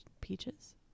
peaches